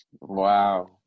Wow